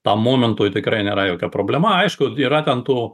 tam momentui tikrai nėra jokia problema aišku yra ten tų